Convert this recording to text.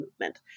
movement